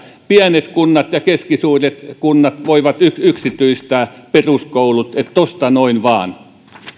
pienet kunnat ja keskisuuret kunnat voivat yksityistää peruskoulut että tosta noin vaan